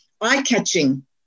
eye-catching